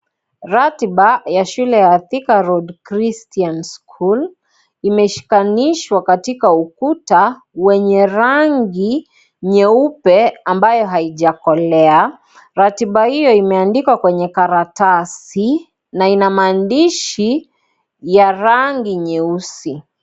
Ratiba ya shule ya Atika Road Christian School imeshikanishwa katika ukuta wenye rangi nyeupe ambayo haijakolea. Ratiba iyo imeandikwa kwenye karatasi na ina mandishi ya rangi nyeusi.